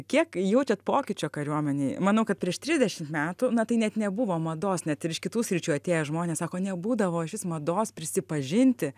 kiek jaučiat pokyčio kariuomenėj manau kad prieš trisdešimt metų na tai net nebuvo mados net ir iš kitų sričių atėję žmonės sako nebūdavo iš vis mados prisipažinti